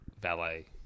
valet